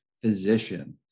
physician